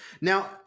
Now